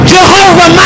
Jehovah